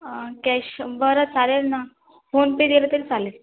cash बरं चालेल ना फोन पे दिलं तरी चालेल